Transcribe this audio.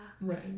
Right